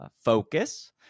focus